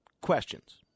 questions